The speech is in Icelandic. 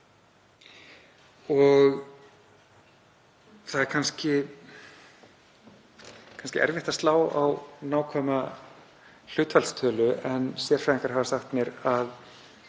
Það er kannski erfitt að slá á nákvæma hlutfallstölu en sérfræðingar hafa sagt mér að